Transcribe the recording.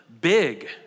big